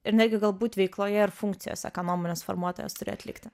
ir netgi galbūt veikloje ar funkcijose nuomonės formuotojas turi atlikti